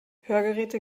hörgeräte